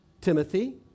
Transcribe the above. Timothy